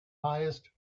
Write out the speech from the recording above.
highest